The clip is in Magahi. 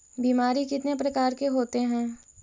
बीमारी कितने प्रकार के होते हैं?